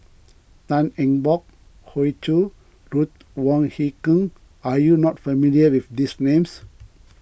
Tan Eng Bock Hoey Choo Ruth Wong Hie King are you not familiar with these names